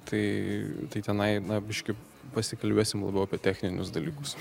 tai tai tenai na biškį pasikalbėsim apie techninius dalykus